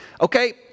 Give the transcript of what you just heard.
okay